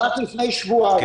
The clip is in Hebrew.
רק לפני שבועיים